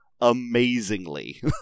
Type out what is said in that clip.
Amazingly